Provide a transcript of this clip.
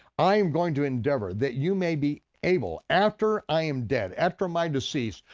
i'm going to endeavor that you may be able after i am dead, after my decease,